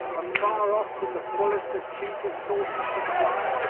afar off from the fullest and cheapest source of supply,